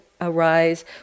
arise